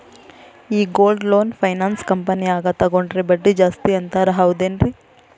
ಈ gold loan finance ಕಂಪನ್ಯಾಗ ತಗೊಂಡ್ರೆ ಬಡ್ಡಿ ಜಾಸ್ತಿ ಅಂತಾರ ಹೌದೇನ್ರಿ?